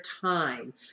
time